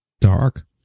dark